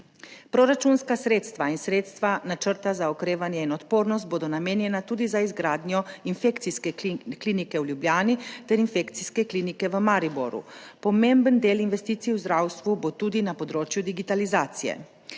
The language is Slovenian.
Proračunska sredstva in sredstva načrta za okrevanje in odpornost bodo namenjena tudi za izgradnjo Infekcijske klinike v Ljubljani ter Infekcijske klinike v Mariboru. Pomemben del investicij v zdravstvu bo tudi na področju digitalizacije.